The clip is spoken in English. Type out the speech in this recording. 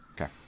Okay